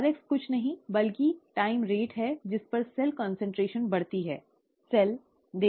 rx कुछ नहीं बल्कि समय की दर है जिस पर सेल कान्सन्ट्रेशन बढ़ती है ठीक है